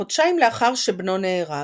חודשיים לאחר שבנו נהרג,